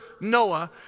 Noah